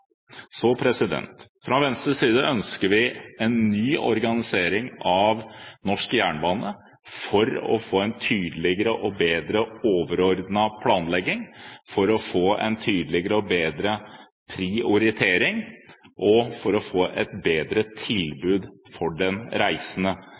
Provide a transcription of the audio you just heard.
Fra Venstres side ønsker vi en ny organisering av norsk jernbane for å få en tydeligere og bedre overordnet planlegging, for å få en tydeligere og bedre prioritering og for å få et bedre